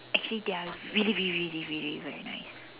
actually they are really really really really very nice